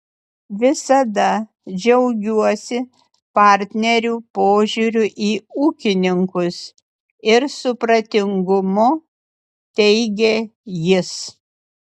visada džiaugiuosi partnerių požiūriu į ūkininkus ir supratingumu teigė jis